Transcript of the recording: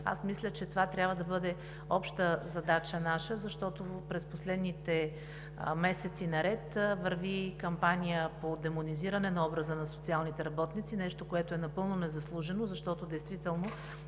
Аз мисля, че това трябва да бъде обща наша задача, защото през последните месеци наред върви кампания по демонизиране на образа на социалните работници – нещо, което е напълно незаслужено. Действително